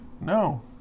No